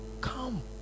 come